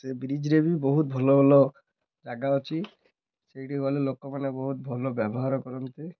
ସେ ବ୍ରିଜରେ ବି ବହୁତ ଭଲ ଭଲ ଜାଗା ଅଛି ସେଇଠି ଗଲେ ଲୋକମାନେ ବହୁତ ଭଲ ବ୍ୟବହାର କରନ୍ତି